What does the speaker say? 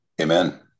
Amen